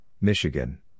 Michigan